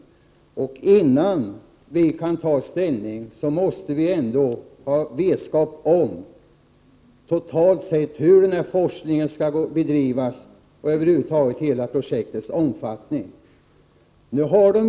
Innan vi i riksdagen kan ta ställning måste vi ha vetskap om hur forskningen totalt sett skall bedrivas och om hela projektets omfattning över huvud taget.